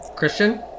Christian